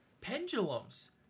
Pendulums